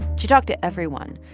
she talked to everyone,